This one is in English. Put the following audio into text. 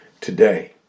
today